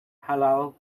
halal